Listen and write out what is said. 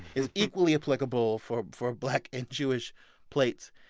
is equally applicable for for black and jewish plates,